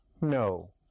No